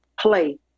play